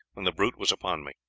when the brute was upon me.